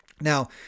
Now